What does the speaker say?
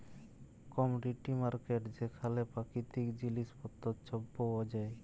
commodity market যেখালে পাকিতিক জিলিস পত্তর ছব পাউয়া যায়